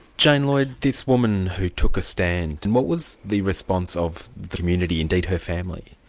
jane lloyd, this woman who took a stand, what was the response of the community, indeed her family?